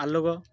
Alok